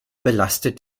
belastet